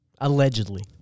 Allegedly